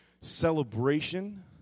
celebration